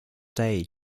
day